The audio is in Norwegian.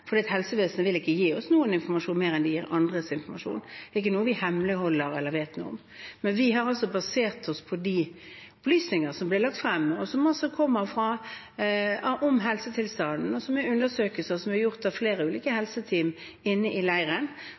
ikke noe vi hemmeligholder eller vet noe om. Men vi har basert oss på de opplysningene om helsetilstanden som ble lagt frem, som kommer fra undersøkelser gjort av flere ulike helseteam inne i leiren, og som er bakgrunnen for det som